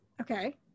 Okay